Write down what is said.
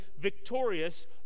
victorious